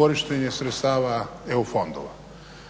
korištenje sredstava EU fondova.